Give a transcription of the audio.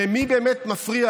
למי באמת מפריע,